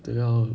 都要